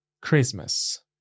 Christmas